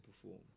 perform